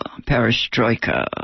Perestroika